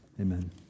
Amen